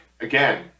again